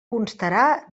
constarà